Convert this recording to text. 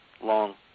long